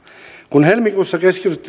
kun helmikuussa